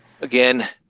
Again